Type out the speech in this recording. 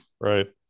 Right